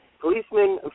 policemen